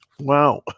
wow